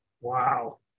Wow